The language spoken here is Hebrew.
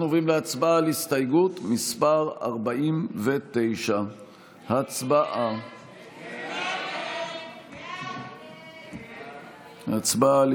אנחנו עוברים להצבעה על הסתייגות מס' 49. הצבעה.